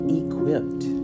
equipped